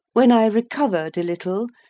when i recovered a little,